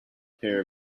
pair